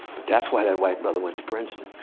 but that's why that white brother went to princeton.